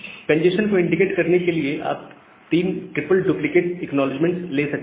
congestion को indicate करने के लिए आप 3 ट्रिपल डुप्लीकेट एक्नॉलेजमेंट्स ले सकते हैं